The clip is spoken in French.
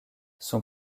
son